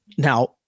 Now